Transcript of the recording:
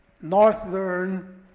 northern